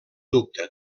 dubte